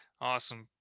Awesome